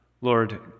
Lord